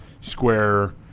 square